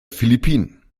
philippinen